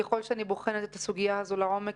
ככל שאני בוחנת את הסוגייה הזאת לעומק